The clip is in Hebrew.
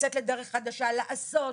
לצאת לדרך חדשה ולעשות,